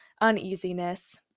uneasiness